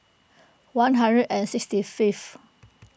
one hundred and sixty fifth